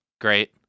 Great